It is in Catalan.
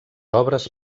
obres